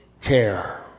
care